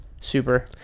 Super